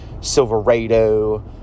Silverado